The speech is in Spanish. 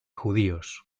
judíos